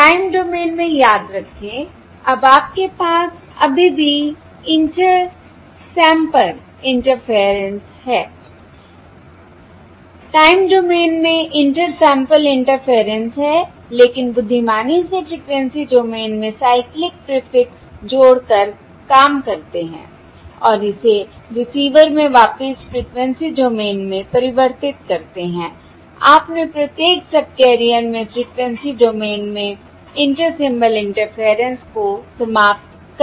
time domain में याद रखें अब आपके पास अभी भी इंटर सैंपल इंटरफेयरेंस है टाइम डोमेन में इंटर सैंपल इंटरफेयरेंस है लेकिन बुद्धिमानी से फ्रिकवेंसी डोमेन में साइक्लिक प्रीफिक्स जोड़कर काम करते हैं और इसे रिसीवर में वापिस फ्रिकवेंसी डोमेन में परिवर्तित करते हैं आपने प्रत्येक सबकैरियर में फ्रिकवेंसी डोमेन में इंटर सिंबल इंटरफेयरेंस को समाप्त कर दिया है